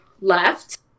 left